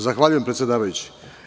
Zahvaljujem se predsedavajući.